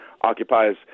occupies